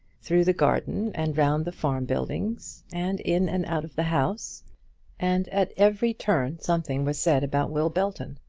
through the garden and round the farm buildings, and in and out of the house and at every turn something was said about will belton.